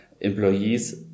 employees